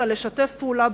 אלא לשתף פעולה,